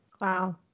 Wow